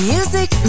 Music